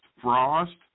frost